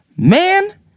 Man